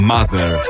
Mother